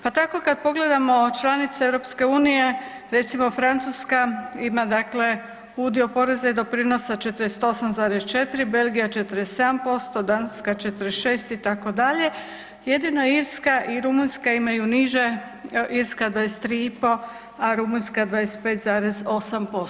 Pa tako kad pogledamo članice EU recimo Francuska ima dakle udio poreza i doprinosa 48,4, Belgija 47%, Danska 46 itd., jedina Irska i Rumunjska imaju niže, Irska 23,5, a Rumunjska 25,8%